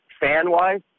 fan-wise